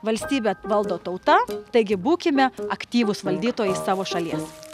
valstybę valdo tauta taigi būkime aktyvūs valdytojai savo šalies